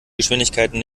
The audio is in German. geschwindigkeiten